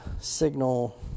signal